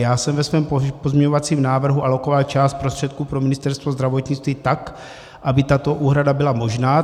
Já jsem ve svém pozměňovacím návrhu alokoval část prostředků pro Ministerstvo zdravotnictví tak, aby tato úhrada byla možná.